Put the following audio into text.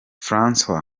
francis